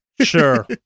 Sure